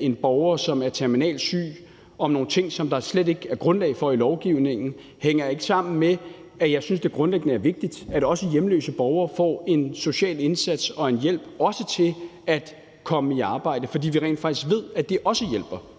en borger, som er terminalt syg, og beder vedkommende om nogle ting, der slet ikke er grundlag for i lovgivningen, ændrer ikke ved, at jeg grundlæggende synes, det er vigtigt, at også hjemløse borgere får en social indsats og en hjælp, også til at komme i arbejde, fordi vi rent faktisk ved, at det også hjælper.